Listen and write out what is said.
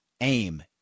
aim